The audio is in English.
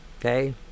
Okay